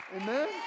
Amen